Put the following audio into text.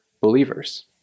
believers